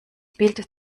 bild